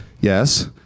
yes